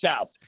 south